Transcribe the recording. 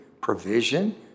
provision